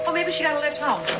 but maybe she got a lift home.